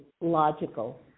logical